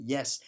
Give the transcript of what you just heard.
Yes